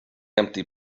empty